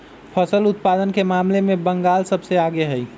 फसल उत्पादन के मामले में बंगाल सबसे आगे हई